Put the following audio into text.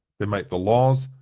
they make the laws,